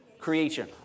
creation